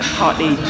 partly